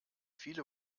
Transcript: viele